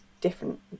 different